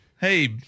Hey